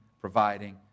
providing